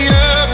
up